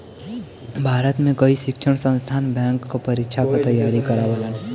भारत में कई शिक्षण संस्थान बैंक क परीक्षा क तेयारी करावल